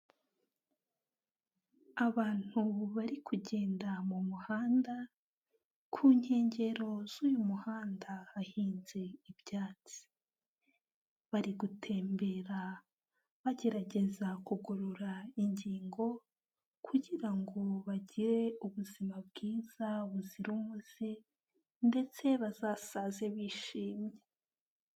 Abantu bari kugenda mu muhanda, ku nkengero z'uyu muhanda hahinze ibyatsi, bari gutembera bagerageza kugorora ingingo kugira ngo bagire ubuzima bwiza buzira umuze ndetse bazasaze bishimye.